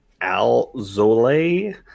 Alzole